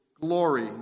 glory